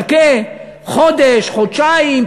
חכה חודש-חודשיים,